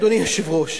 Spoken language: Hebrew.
אדוני היושב-ראש,